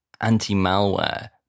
anti-malware